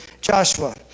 Joshua